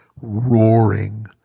roaring